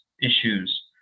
issues